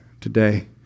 today